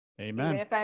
Amen